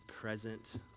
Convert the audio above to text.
present